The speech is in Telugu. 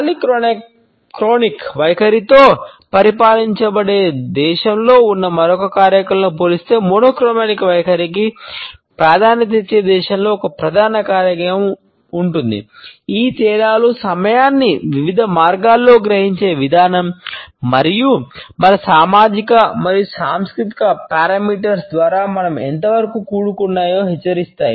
పాలిక్రోనిక్ ద్వారా మనం ఎంతవరకు కూడుకున్నాయో హెచ్చరిస్తాయి